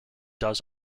does